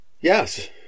Yes